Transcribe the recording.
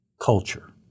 culture